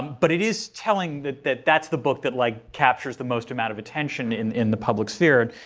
but it is telling that that that's the book that like captures the most amount of attention in in the public sphere.